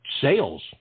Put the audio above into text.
sales